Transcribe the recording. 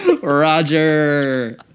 Roger